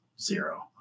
Zero